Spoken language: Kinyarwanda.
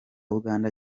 uganda